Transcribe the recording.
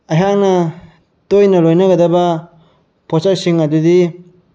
ꯑꯩꯍꯥꯛꯅ ꯇꯣꯏꯅ ꯂꯣꯏꯅꯒꯗꯕ ꯄꯣꯠꯁꯛꯁꯤꯡ ꯑꯗꯨꯗꯤ